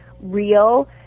real